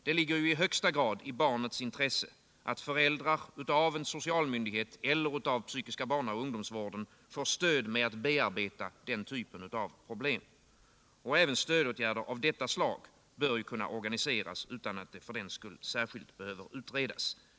Det ligger i högsta grad i barnets intresse att föräldrar av socialmyndighet eller PBU får stöd med att bearbeta den typen av problem. Också stödåtgärder av detta slag kan organiseras utan att det för den skull särskilt behöver utredas.